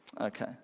okay